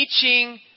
teaching